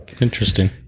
interesting